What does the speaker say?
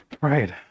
right